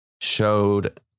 showed